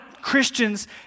Christians